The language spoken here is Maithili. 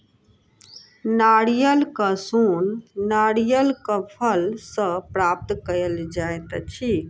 नारियलक सोन नारियलक फल सॅ प्राप्त कयल जाइत अछि